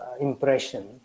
impression